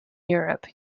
europe